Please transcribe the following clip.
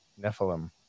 Nephilim